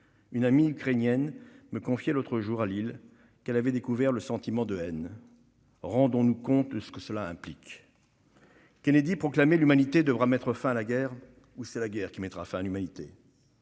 Une amie ukrainienne me confiait l'autre jour, à Lille, qu'elle avait découvert le sentiment de haine. Rendons-nous compte ce que cela implique ... Kennedy proclamait :« L'humanité devra mettre fin à la guerre ou c'est la guerre qui mettra fin à l'humanité.